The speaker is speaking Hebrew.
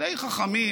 די חכמים,